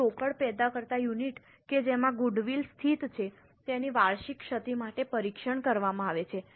હવે રોકડ પેદા કરતા યુનિટ કે જેમાં ગુડવિલ સ્થિત છે તેની વાર્ષિક ક્ષતિ માટે પરીક્ષણ કરવામાં આવે છે